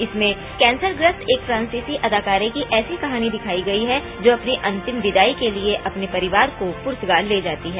इसमें कैंसरग्रस्त एक फ्रांसीसी अदाकारा की ऐसी कहानी दिखाई गई है जो अपनी अंतिम विदाई के लिए अपने परिवार को पूर्तगाल ले जाती है